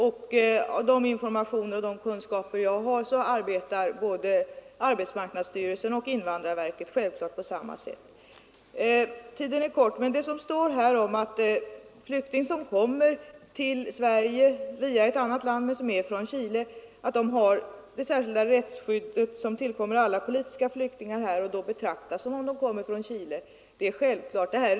Enligt de informationer och kunskaper jag har arbetar både arbetsmarknadsstyrelsen och invandrarverket i enlighet med detta. Tiden är kort, men jag vill understryka det som står i svaret om att chilensk flykting som kommer till Sverige via ett annat land har det särskilda rättsskydd som tillkommer alla politiska flyktingar här.